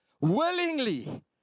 willingly